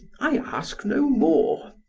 i ask no more.